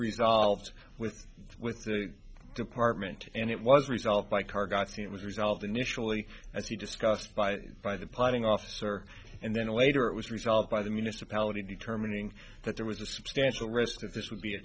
resolved with with the department and it was resolved by car got the it was resolved initially as he discussed by by the planning officer and then later it was resolved by the municipality determining that there was a substantial risk that this would be a